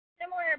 similar